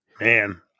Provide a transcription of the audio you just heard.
Man